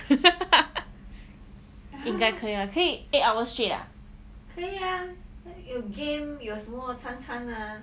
应该可以啊可以 eight hours straight ah